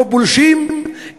לא פולשים,